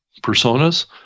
personas